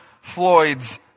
Floyd's